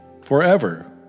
forever